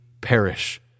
perish